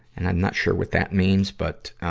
and i'm not sure what that means, but,